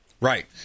Right